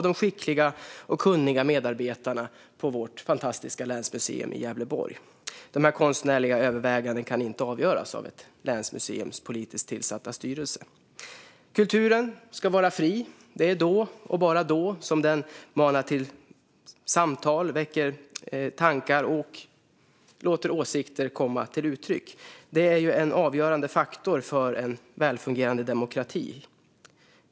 Det gäller inte minst på vårt fantastiska länsmuseum i Gävleborg. Dessa konstnärliga överväganden kan inte göras av ett länsmuseums politiskt tillsatta styrelse. Kulturen ska vara fri. Det är då och bara då som den väcker tankar, manar till samtal och låter åsikter komma till uttryck. Det är en avgörande faktor för en välfungerande demokrati.